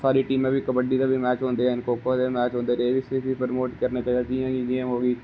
सारी टीमां बी कबड्डी दे बी मैच होंदे ना खो खो दे बी मैच होंदे ना इस गी बी प्रमोट करना चाहिदा जियां